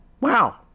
Wow